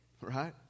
Right